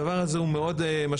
הדבר הזה הוא מאוד משמעותי,